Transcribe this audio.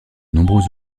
nombreux